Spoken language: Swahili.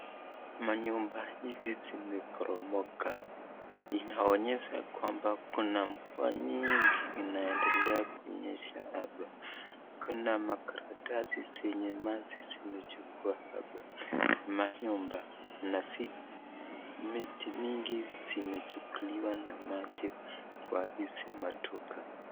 Manyumba hizi zimeporomoka, inaonyesha kwamba kuna mvua nyingi inaendelea kunyesha hapa. Kuna makaratasi zenye maji zimechukua hapa manyumba na miti mingi zimechukuliwa na maji kwa hizi maduka.